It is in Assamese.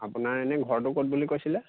আপোনাৰ এনেই ঘৰটো ক'ত বুলি কৈছিলে